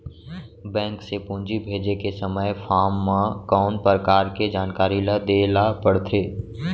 Bank से पूंजी भेजे के समय फॉर्म म कौन परकार के जानकारी ल दे ला पड़थे?